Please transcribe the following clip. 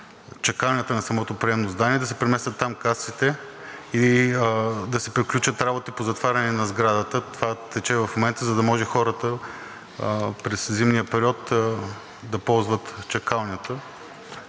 чакалнята на самото приемно здание да се преместят там касите и да се приключат работите по затваряне на сградата. Това тече в момента, за да може хората през зимния период да ползват чакалнята.